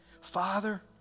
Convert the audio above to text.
Father